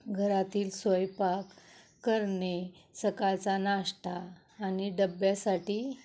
घरातील स्वयंपाक करणे सकाळचा नाश्ता आणि डब्यासाठी